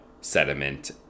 sediment